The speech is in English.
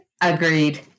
Agreed